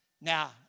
Now